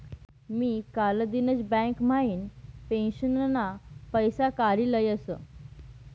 मी कालदिनच बँक म्हाइन पेंशनना पैसा काडी लयस